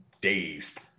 dazed